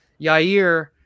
Yair